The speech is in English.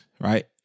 right